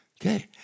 Okay